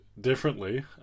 differently